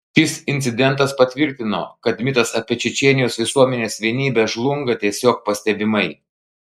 šis incidentas patvirtino kad mitas apie čečėnijos visuomenės vienybę žlunga tiesiog pastebimai